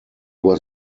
was